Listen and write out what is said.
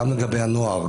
גם לגבי הנוער,